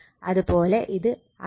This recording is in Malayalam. അത് പോലെ ഇത് I1 R1 ആണ്